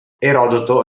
erodoto